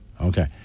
okay